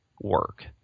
work